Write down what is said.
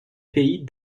pays